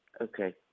Okay